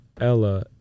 ella